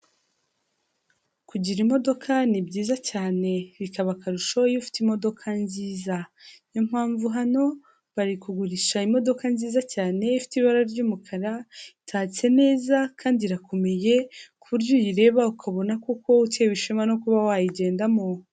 Kugira imodoka ni byiza cyane, bikaba akarusho iyo ufite imodoka nziza, niyo mpamvu hano bari kugurisha imodoka nziza cyane ifite ibara ry'umukara, itatse neza kandi irakomeye ku buryo uyireba, ukabona koko utewe ishema no kuba wayigendamo.